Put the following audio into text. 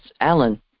Alan